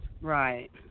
Right